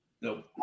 Nope